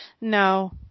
no